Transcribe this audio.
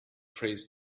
prays